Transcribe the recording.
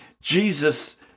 Jesus